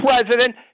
president